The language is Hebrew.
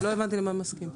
לא הבנתי למה הוא מסכים.